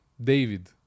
David